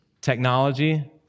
technology